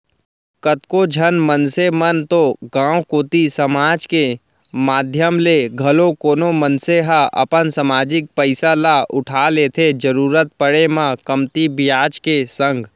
कतको झन मनसे मन तो गांव कोती समाज के माधियम ले घलौ कोनो मनसे ह अपन समाजिक पइसा ल उठा लेथे जरुरत पड़े म कमती बियाज के संग